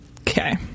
Okay